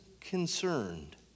concerned